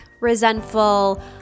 resentful